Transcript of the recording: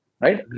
Right